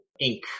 ink